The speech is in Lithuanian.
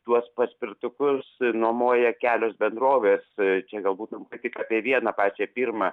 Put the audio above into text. tuos paspirtukus nuomoja kelios bendrovės čia galbūt tik apie vieną pačią pirmą